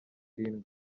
irindwi